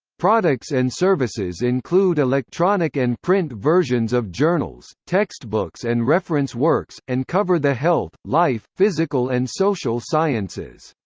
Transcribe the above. products and services include electronic and print versions of journals, textbooks and reference works, and cover the health, life, physical and social sciences.